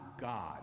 God